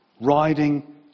riding